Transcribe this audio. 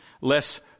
less